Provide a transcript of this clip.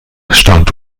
staunte